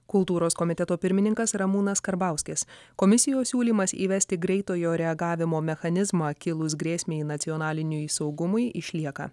kultūros komiteto pirmininkas ramūnas karbauskis komisijos siūlymas įvesti greitojo reagavimo mechanizmą kilus grėsmei nacionaliniam saugumui išlieka